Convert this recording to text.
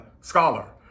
scholar